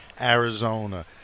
Arizona